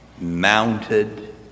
mounted